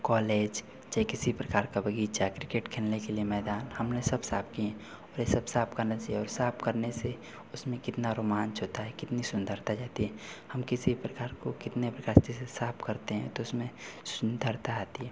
college चाहे किसी प्रकार का बग़ीचा क्रिकेट खेलने का मैदान हमने सब साफ किए हैं और ये सब साफ करने से और साफ करने से उसमें कितना रोमांच होता है कितनी सुन्दरता जाती है हम किसी प्रकार को कितने प्रकार जैसे साफ करते हैं तो उसमें सुन्दरता आती है